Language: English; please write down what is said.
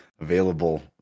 available